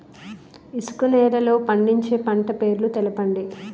ఇసుక నేలల్లో పండించే పంట పేర్లు తెలపండి?